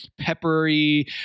peppery